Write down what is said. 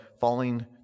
falling